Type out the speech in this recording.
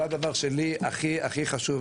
זה הדבר שלי הכי הכי חשוב,